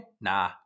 Nah